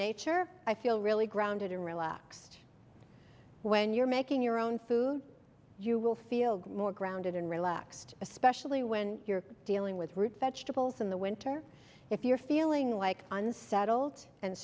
nature i feel really grounded and relaxed when you're making your own food you will feel more grounded and relaxed especially when you're dealing with root vegetables in the winter if you're feeling like unsettled and